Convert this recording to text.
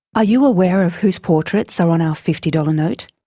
are you aware of whose portraits are on our fifty dollars note,